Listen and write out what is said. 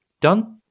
Done